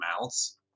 mouths